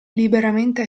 liberamente